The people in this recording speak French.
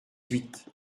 huit